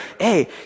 hey